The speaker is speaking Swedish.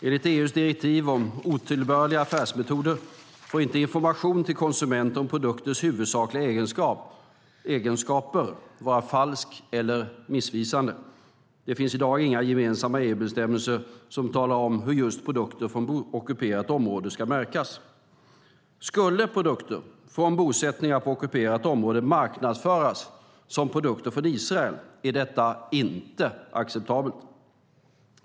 Enligt EU:s direktiv om otillbörliga affärsmetoder får inte information till konsumenter om produkters huvudsakliga egenskaper vara falsk eller missvisande. Det finns i dag inga gemensamma EU-bestämmelser som talar om hur just produkter från ockuperat område ska märkas. Skulle produkter från bosättningar på ockuperat område marknadsföras som produkter från Israel är detta inte acceptabelt.